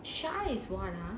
shy is [one] ah